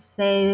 say